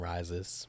Rises